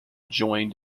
joined